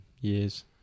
years